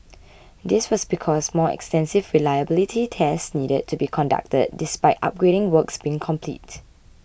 this was because more extensive reliability tests needed to be conducted despite upgrading works being complete